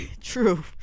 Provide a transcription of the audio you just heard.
True